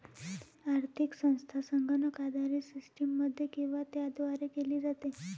आर्थिक संस्था संगणक आधारित सिस्टममध्ये किंवा त्याद्वारे केली जाते